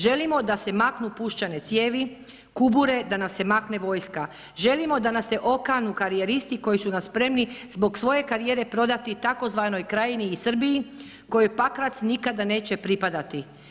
Želimo da se maknu puščane cijevi, kubure, da nam se makne vojska, želimo da nas se okanu karijeristi koji su nas spremni zbog svoje karijere prodati tzv. Krajini i Srbiji kojoj Pakrac nikada neće pripadati.